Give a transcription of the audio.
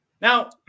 Now